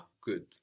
Good